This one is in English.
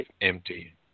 empty